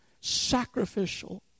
Sacrificial